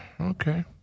Okay